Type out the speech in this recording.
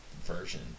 version